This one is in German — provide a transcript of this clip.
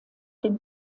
dem